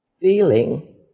feeling